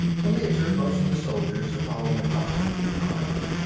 the leiter motioned the soldiers to follow him up the aisle.